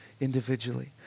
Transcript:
individually